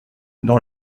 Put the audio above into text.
dans